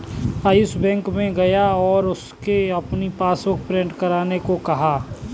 Ayush bank में गया और उससे अपनी पासबुक प्रिंट करने को कहा